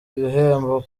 ibihembo